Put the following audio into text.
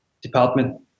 Department